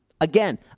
again